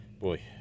boy